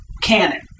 canon